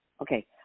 okay